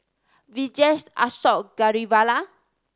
Vijesh Ashok Ghariwala